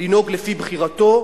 לנהוג לפי בחירתו,